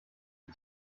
die